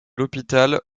l’hôpital